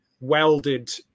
welded